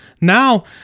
Now